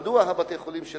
מדוע בתי-החולים של